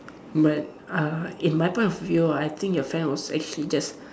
but uh in my point of view ah I think your friend was actually just